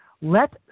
let